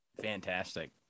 Fantastic